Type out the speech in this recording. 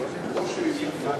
שהיא גם שרה,